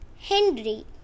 Henry